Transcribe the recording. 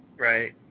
Right